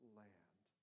land